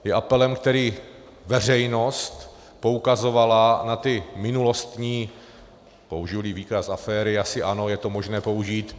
Je apelem, kterým veřejnost poukazovala na ty minulostní použijili výkaz aféry, asi ano, je to možné použít.